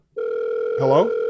Hello